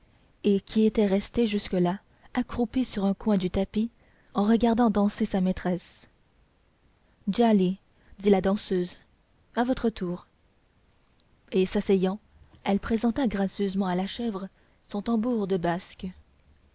et qui était restée jusque-là accroupie sur un coin du tapis et regardant danser sa maîtresse djali dit la danseuse à votre tour et s'asseyant elle présenta gracieusement à la chèvre son tambour de basque